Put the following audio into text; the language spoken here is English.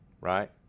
right